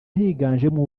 higanjemo